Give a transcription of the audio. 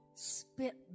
Spit